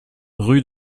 rue